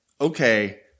okay –